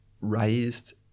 raised